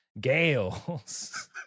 Gales